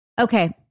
Okay